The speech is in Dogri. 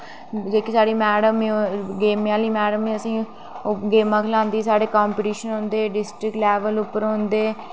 जेह्की साढ़ी मैड़म ऐ गेमें आह्ली मैड़म ऐ ओह् असेंगी गेमां खलांदी साढ़े कंपीटिशन होंदे डि्स्ट्रिक्ट लेवल पर होंदे